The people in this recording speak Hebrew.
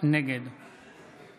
נגד